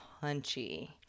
punchy